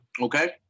Okay